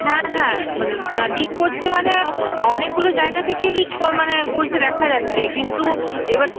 হ্যাঁ হ্যাঁ মানে লিক করছে মানে অনেকগুলো জায়গা থেকেই লিক মানে করছে দেখা যাচ্ছে কিন্তু এবার